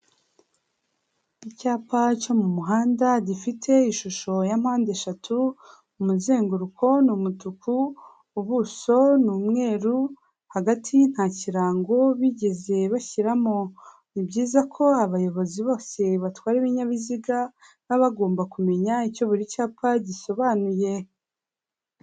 Icyapa cyo mu muhanda gifite ishusho ya mpande eshatu, umuzenguruko ni umutuku, ubuso ni umweru, hagati nta kirango bigeze bashyiramo. Ni byiza ko abayobozi bose batwara ibinyabiziga, baba bagomba kumenya icyo buri cyapa gisobanuye.